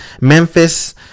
Memphis